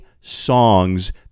songs